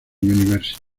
university